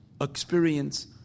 experience